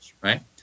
right